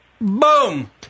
boom